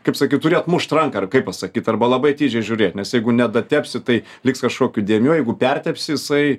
kaip sakyt turi atmušt ranką ar kaip pasakyt arba labai atidžiai žiūrėt nes jeigu nedatepsi tai liks kažkokių dėmių o jeigu perteps jisai